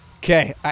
Okay